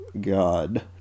God